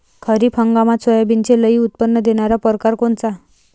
खरीप हंगामात सोयाबीनचे लई उत्पन्न देणारा परकार कोनचा?